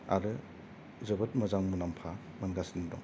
आरो जोबोद मोजां मुनाम्फा मोनगासिनो दं